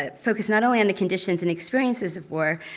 ah focused not only on the conditions and experiences of war,